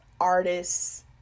artists